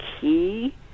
key